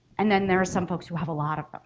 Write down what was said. and then there are some folks who have a lot of them,